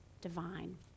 divine